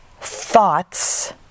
thoughts